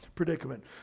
predicament